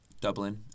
Dublin